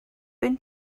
been